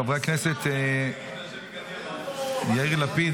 חבר הכנסת יאיר לפיד,